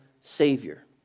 Savior